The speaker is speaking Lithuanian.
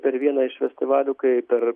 per vieną iš festivalių kai per